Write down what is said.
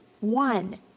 one